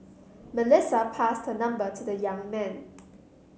Melissa passed her number to the young man